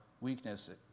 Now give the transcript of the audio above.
weakness